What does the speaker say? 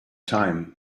time